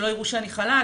שלא יראו שאני חלש.